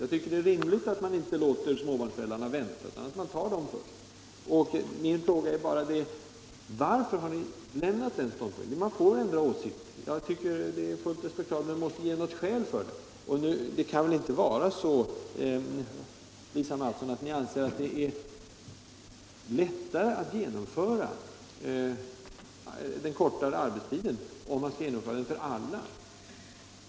Jag tycker det är rimligt att man inte låter små barnsföräldrarna vänta utan tar dem först. Min fråga är bara: Varför har ni övergivit den ståndpunkten? Man får ändra åsikt. Jag tycker det är fullt respektabelt. Men ni måste ha något skäl till det. Det kan väl inte vara så, Lisa Mattson, att ni anser att det är lättare att genomföra den kortare arbetstiden om man genomför den för alla?